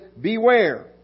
beware